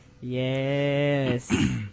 Yes